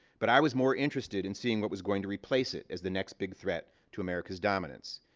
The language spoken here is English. but i was more interested in seeing what was going to replace it as the next big threat to america's dominance.